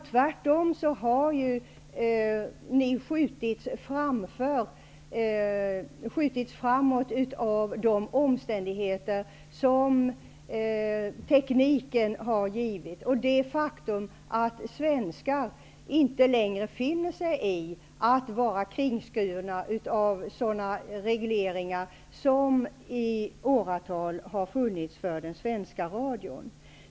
Tvärtom har socialdemokraterna skjutits framåt av teknikens utveckling och av det faktum att svenskar inte längre finner sig i att vara kringskurna av sådana regleringar som i åratal har funnits för den svenska radion.